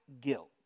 guilt